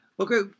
Okay